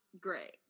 great